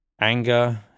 anger